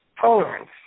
tolerance